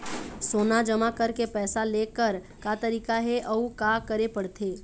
सोना जमा करके पैसा लेकर का तरीका हे अउ का करे पड़थे?